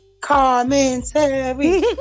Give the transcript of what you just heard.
Commentary